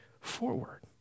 forward